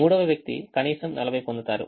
మూడవ వ్యక్తి కనీసం 40 పొందుతారు